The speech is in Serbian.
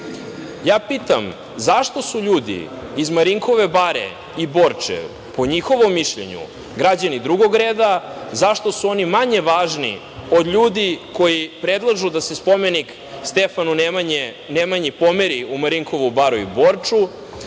pitam – zašto su ljudi iz Marinkove bare i Borče, po njihovim mišljenju građani drugog reda, zašto su oni manje važni od ljudi koji predlažu da se spomenik Stefanu Nemanji pomeri u Marinkovu baru i Borču?